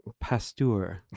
Pasteur